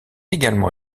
également